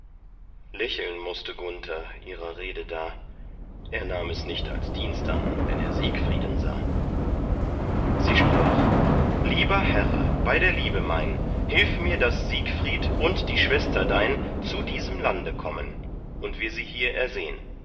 lächeln mußte gunther ihrer rede da er nahm es nicht als dienst an wenn er siegfrieden sah sie sprach lieber herre bei der liebe mein hilf mir daß siegfried und die schwester dein zu diesem lande kommen und wir sie hier ersehn